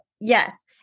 Yes